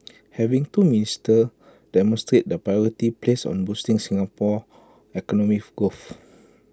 having two ministers demonstrates the priority placed on boosting Singapore's economic growth